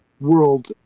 world